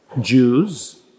Jews